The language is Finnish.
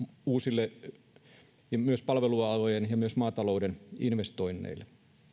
uusille myös palvelualojen ja myös maatalouden investoinneille